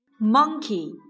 Monkey